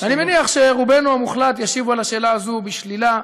אני מניח שרובנו המוחלט ישיבו על השאלה הזאת בשלילה,